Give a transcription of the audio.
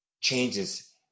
changes